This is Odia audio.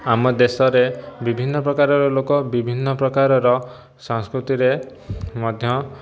ଆମ ଦେଶରେ ବିଭିନ୍ନପ୍ରକାରର ଲୋକ ବିଭିନ୍ନପ୍ରକାରର ସଂସ୍କୃତିରେ ମଧ୍ୟ